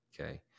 okay